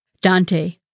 Dante